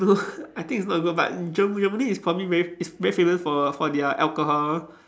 no I think it's not even but German Germany is probably very is very famous for for their alcohol